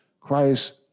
Christ